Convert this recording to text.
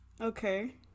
Okay